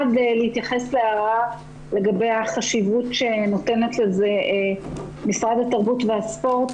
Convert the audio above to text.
אחד להתייחס להערה לגבי החשיבות שנותן לזה משרד התרבות והספורט.